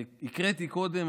הקראתי קודם,